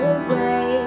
away